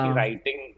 writing